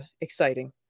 exciting